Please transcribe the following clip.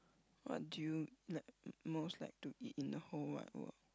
what do you like most like to eat in the whole wide world